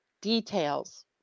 details